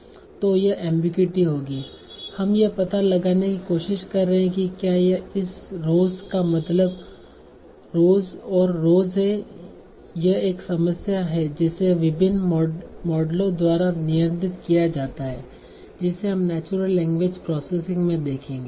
तो यह एमबीगुइटी होगी हम यह पता लगाने की कोशिश कर रहे की क्या इस rose का मतलब r o e s और r o s e है यह एक और समस्या है जिसे विभिन्न मॉडलों द्वारा नियंत्रित किया जाता है जिसे हम नेचुरल लैंग्वेज प्रोसेसिंग में देखेंगे